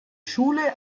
schule